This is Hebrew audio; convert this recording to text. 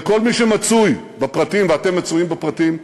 וכל מי שמצוי בפרטים ואתם מצויים בפרטים,